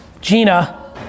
Gina